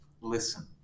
listen